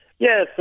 Yes